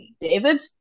David